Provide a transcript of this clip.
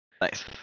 Nice